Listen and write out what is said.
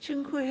Dziękuję.